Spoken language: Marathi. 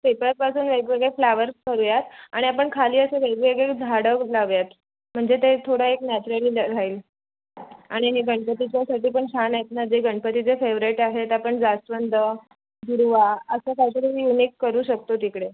पेपरापासून वेगवेगळे फ्लॉवर्स करू या आणि आपण खाली असे वेगवेगळे झाडं लावू या म्हणजे ते थोडं एक नॅचरली ल् राहील आणि हे गणपतीच्यासाठी पण छान आहेत ना जे गणपतीचे फेवरेट आहेत आपण जास्वंद दूर्वा असं काही तरी युनिक करू शकतो तिकडे